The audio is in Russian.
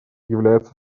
является